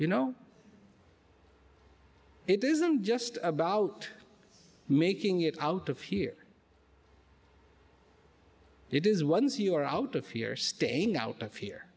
you know it isn't just about making it out of here it is once you are out of here staying out of here